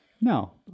No